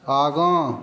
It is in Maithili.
आगाँ